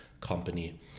company